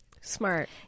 Smart